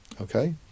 Okay